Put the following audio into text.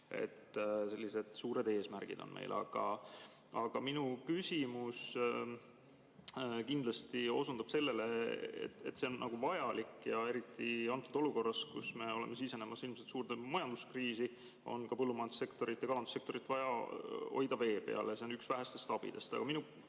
Sellised suured eesmärgid on meil. Aga minu küsimus kindlasti osundab sellele, et see on vajalik, eriti olukorras, kus me oleme ilmselt sisenemas suurde majanduskriisi. Ka põllumajandussektorit ja kalandussektorit on vaja hoida vee peal ja see on üks vähestest abidest. Aga minu